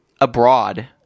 abroad